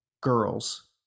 Girls